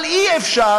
אבל אי-אפשר